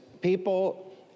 people